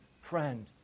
friend